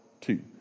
two